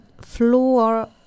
Fluor